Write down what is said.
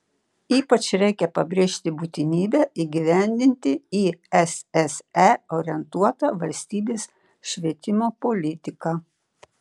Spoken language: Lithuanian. ypač reikia pabrėžti būtinybę įgyvendinti į sse orientuotą valstybės švietimo politiką